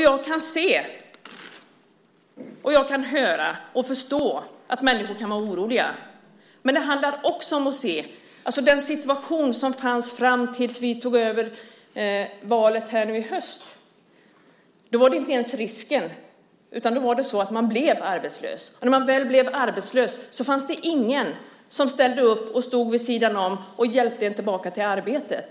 Jag kan se, höra och förstå att människor kan vara oroliga, men det handlar också om att se den situation som fanns fram till dess att vi tog över efter valet i höst. Då fanns inte bara risken utan då blev man arbetslös, och när man väl blivit arbetslös fanns det ingen som ställde upp och hjälpte en tillbaka till arbetet.